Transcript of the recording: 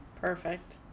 Perfect